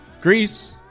Greece